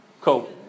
Cool